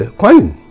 fine